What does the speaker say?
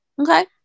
okay